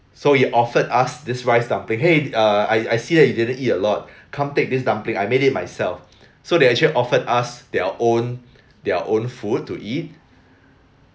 so he offered us this rice dumpling !hey! uh I I see that you didn't eat a lot come take this dumpling I made it myself so they actually offered us their own their own food to eat